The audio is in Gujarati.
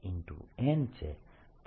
n છે